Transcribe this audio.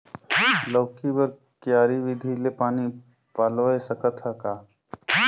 लौकी बर क्यारी विधि ले पानी पलोय सकत का?